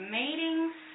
meetings